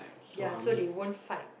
ya so they won't fight